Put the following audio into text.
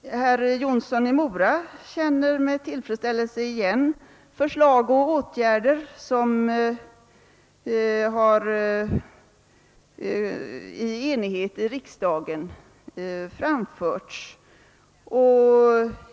Herr Jonsson i Mora känner med tillfredsställelse igen förslag och åtgärder som riksdagen i enighet har tagit ställning till.